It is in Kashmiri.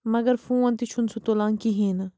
مگر فون تہِ چھُنہٕ سُہ تُلان کِہیٖنٛۍ نہٕ